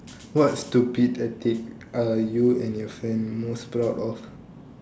what stupid antics are you and your friend most proud of